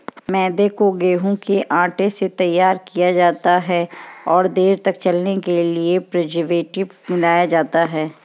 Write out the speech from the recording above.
मैदा को गेंहूँ के आटे से तैयार किया जाता है और देर तक चलने के लिए प्रीजर्वेटिव मिलाया जाता है